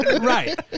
Right